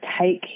take